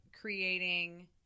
creating